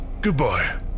Goodbye